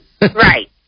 Right